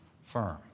firm